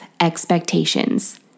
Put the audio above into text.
expectations